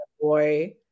boy